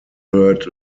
third